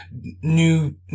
new